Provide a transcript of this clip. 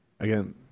Again